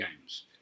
games